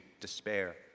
despair